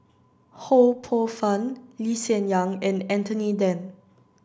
Ho Poh Fun Lee Hsien Yang and Anthony Then